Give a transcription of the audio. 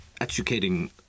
educating